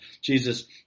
Jesus